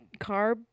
carb